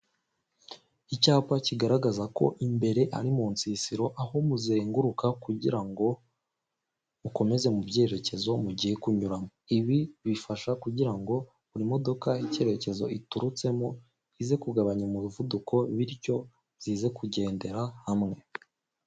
Icyapa kigaragaza ko imbere ari mu nsisiro, aho muzenguruka kugira ngo mukomeze mu byerekezo mugiye kunyuramo, ibi bifasha kugira ngo biri imodoka icyerekezo iturutsemo ize kugabanya umuvuduko, bityo zize kugendera hamwe.